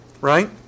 right